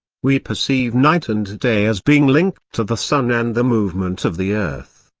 we perceive night and day as being linked to the sun and the movement of the earth.